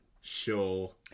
Sure